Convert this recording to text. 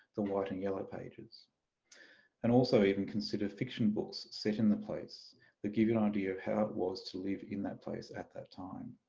the white and yellow pages and also even consider fiction books set in the place that give an idea of how it was to live in that place at that time.